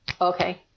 Okay